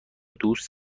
دوست